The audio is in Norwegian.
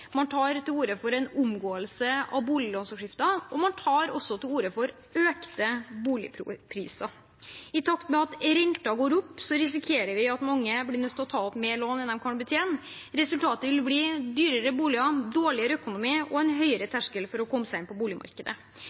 man tar til orde for en omgåelse av boliglånsforskriften, og man tar også til orde for økte boligpriser. I takt med at renten går opp, risikerer vi at mange blir nødt til å ta opp mer lån enn de kan betjene. Resultatet vil bli dyrere boliger, dårligere økonomi og en høyere terskel for å komme seg inn på boligmarkedet.